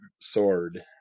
sword